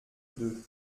deux